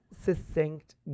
succinct